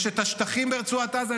יש את השטחים ברצועת עזה,